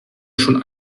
schon